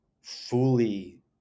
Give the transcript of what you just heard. fully